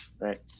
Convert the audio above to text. Right